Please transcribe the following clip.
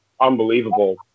unbelievable